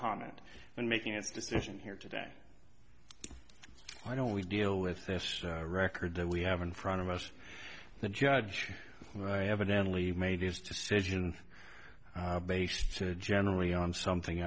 comment when making its decision here today why don't we deal with this record that we have in front of us the judge evidently made his decision based generally on something